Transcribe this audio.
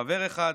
חבר אחד,